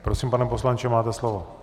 Prosím, pane poslanče, máte slovo.